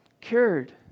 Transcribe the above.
cured